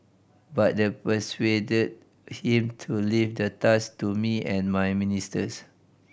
but that persuaded him to leave the task to me and my ministers